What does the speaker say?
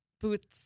Boots